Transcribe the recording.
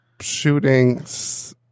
shootings